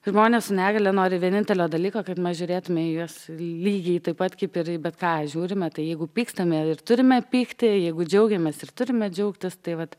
žmonės su negalia nori vienintelio dalyko kad mes žiūrėtume į juos ly lygiai taip pat kaip ir į bet ką žiūrime tai jeigu pykstame ir turime pykti jeigu džiaugiamės ir turime džiaugtis tai vat